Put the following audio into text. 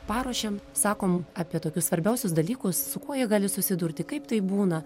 paruošiam sakom apie tokius svarbiausius dalykus su kuo jie gali susidurti kaip tai būna